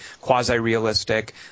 quasi-realistic